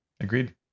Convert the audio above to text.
Agreed